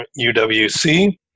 UWC